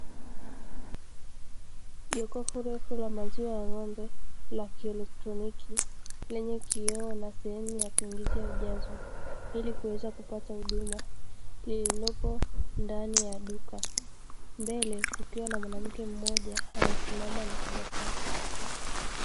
Jokofu refu la maziwa ya ng'ombe la kielektroniki lenye kioo na sehemu ya kuingizia ujazo ili kuweza kupata huduma lililopo ndani ya duka. Mbele kukiwa na mwanamke mmoja amesimama anatabasamu.